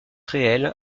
réelle